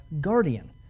guardian